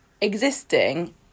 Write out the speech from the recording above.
existing